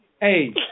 Hey